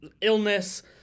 illness